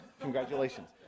Congratulations